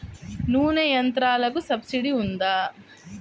నూనె యంత్రాలకు సబ్సిడీ ఉందా?